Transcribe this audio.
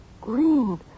Green